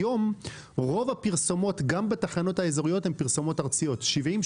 היום רוב הפרסומות גם בתחנות האזוריות הן פרסומות ארציות 70%,